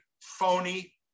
phony